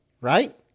right